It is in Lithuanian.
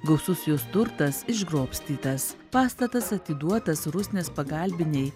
gausus jos turtas išgrobstytas pastatas atiduotas rusnės pagalbinei